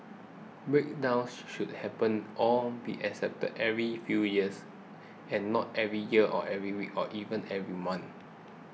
breakdowns should happen on be acceptable every few years and not every year or every week or even every month